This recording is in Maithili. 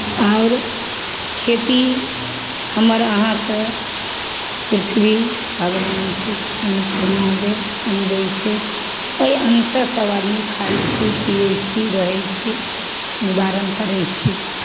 आओर खेती हमर अहाँके पृथ्वी भगवान छथि अन्नपूर्णा जे अन्न दै छथि ओहि अन्न से सभ आदमी खाइ छी पिए छी रहै छी निवारण करै छी